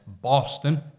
Boston